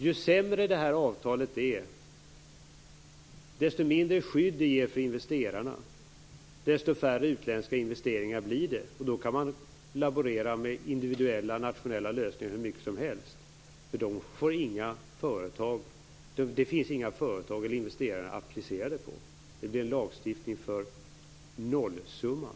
Ju sämre avtalet är, ju mindre skydd det ger för investerarna, desto färre utländska investeringar blir det. Då kan man laborera med individuella, nationella lösningar hur mycket som helst. Det finns inga företag eller investerare att applicera det på. Det blir en lagstiftning för nollsumman.